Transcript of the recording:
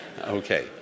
Okay